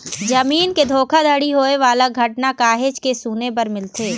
जमीन के धोखाघड़ी होए वाला घटना काहेच के सुने बर मिलथे